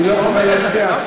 היא לא יכולה להצביע בעד החוק.